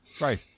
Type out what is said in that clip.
Right